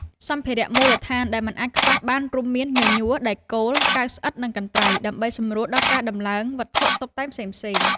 សម្ភារៈមូលដ្ឋានដែលមិនអាចខ្វះបានរួមមាន ញញួរ ដែកគោល កាវស្អិត និងកន្ត្រៃ ដើម្បីសម្រួលដល់ការដំឡើងវត្ថុតុបតែងផ្សេងៗ។